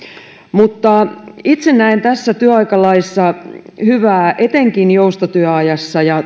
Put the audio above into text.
mutta itse näen tässä työaikalaissa hyvää etenkin joustotyöajassa ja